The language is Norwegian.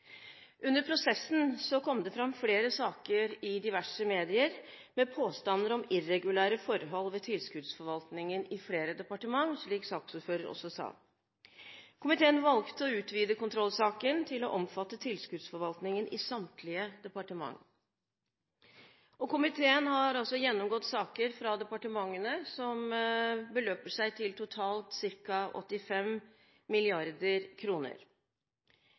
fram flere saker i diverse medier med påstander om irregulære forfall ved tilskuddsforvaltningen i flere departement, slik saksordføreren også sa. Komiteen valgte å utvide kontrollsaken til å omfatte tilskuddsforvaltningen i samtlige departement. Komiteen har gjennomgått saker fra departementene som beløper seg til totalt ca. 85